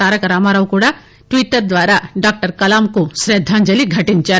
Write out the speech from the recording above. తారక రామారావు కూడా ట్విట్టర్ ద్వారా డాక్టర్ కలాంకు శ్రద్దాంజలి ఘటించారు